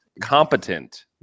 competent